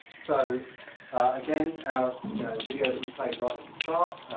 so again our video that we played right at the start